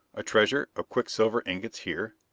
a treasure of quicksilver ingots here?